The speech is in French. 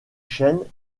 chênes